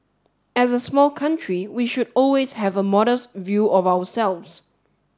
as a small country we should always have a modest view of ourselves